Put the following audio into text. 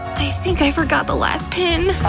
i think i forgot the last pin!